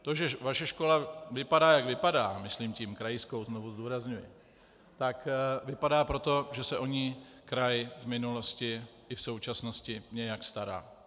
To, že vaše škola vypadá, jak vypadá, myslím tím krajskou, znovu zdůrazňuji, tak vypadá proto, že se o ni kraj v minulosti i v současnosti nějak stará.